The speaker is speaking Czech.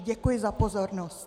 Děkuji za pozornost.